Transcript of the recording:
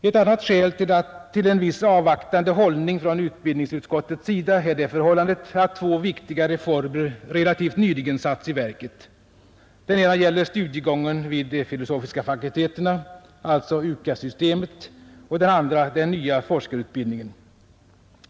Ett annat skäl till en viss avvaktande hållning från utbildningsutskottets sida är det förhållandet att två viktiga reformer relativt nyligen satts i verket. Den ena gäller studiegången vid de filosofiska fakulteterna, UKAS-systemet alltså, och den andra den nya forskarutbildningen.